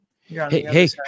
Hey